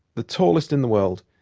the tallest in the world,